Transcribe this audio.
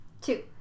Two